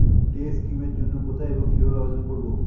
Day scheme এর জন্য কোথায় এবং কিভাবে আবেদন করব?